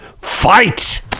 Fight